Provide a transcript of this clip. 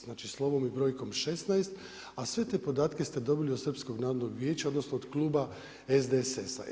Znači slovom i brojkom 16, a sve te podatke ste dobili od Srpskog narodnog vijeća, odnosno od kluba SDSS-a.